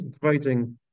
providing